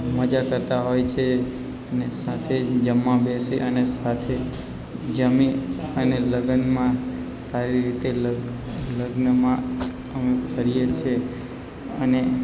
મજા કરતાં હોય છીએ અને સાથે જમવા બેસી અને સાથે જમી અને લગનમાં સારી રીતે લગ્નમાં અમે ફરીએ છીએ અને